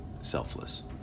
selfless